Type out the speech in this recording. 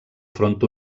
front